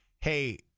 Hey